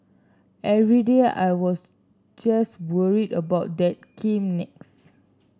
every day I was just worried about that came next